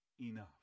enough